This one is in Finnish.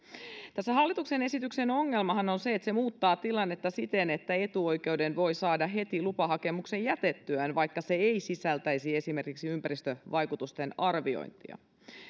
tässä hallituksen esityksessähän ongelma on se että se muuttaa tilannetta siten että etuoikeuden voi saada heti lupahakemuksen jätettyään vaikka se ei sisältäisi esimerkiksi ympäristövaikutusten arviointia